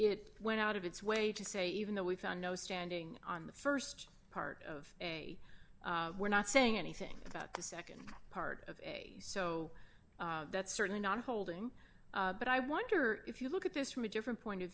it went out of its way to say even though we found no standing on the st part of a we're not saying anything about the nd part of it so that's certainly not holding but i wonder if you look at this from a different point of